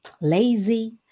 lazy